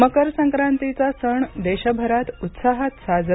मकर संक्रांतीचा सण देशभरात उत्साहात साजरा